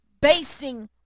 basing